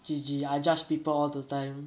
G_G I judge people all the time